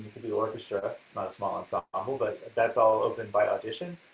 sort of small ensemble, but that's all open by audition.